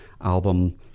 album